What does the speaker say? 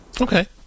okay